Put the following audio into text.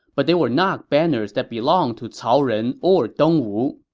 but they were not banners that belonged to cao ren or dongwu.